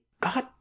God